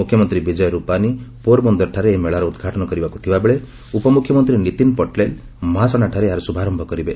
ମୁଖ୍ୟମନ୍ତ୍ରୀ ବିଜୟ ରୂପାନୀ ପୋର୍ ବନ୍ଦର୍ଠାରେ ଏହି ମେଳାର ଉଦ୍ଘାଟନ କରିବାକୁ ଥିବାବେଳେ ଉପମୁଖ୍ୟମନ୍ତ୍ରୀ ନୀତିନ୍ ପଟେଲ୍ ମହାସାଣାଠାରେ ଏହାର ଶୁଭାରମ୍ଭ କରିବେ